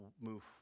move